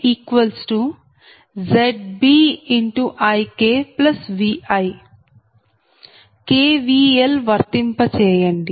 KVL వర్తింప చేయండి